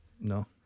No